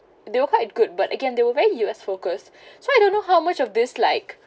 they were quite good but again they were very U_S focused so I don't know how much of this like